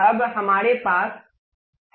अब हमारे पास है